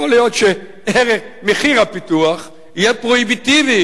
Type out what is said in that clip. יכול להיות שמחיר הפיתוח יהיה פרוהיביטיבי